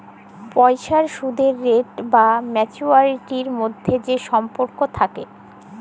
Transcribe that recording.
পইসার সুদের রেট আর ম্যাচুয়ারিটির ম্যধে যে সম্পর্ক থ্যাকে হ্যয়